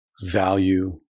Value